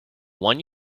one